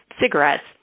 cigarettes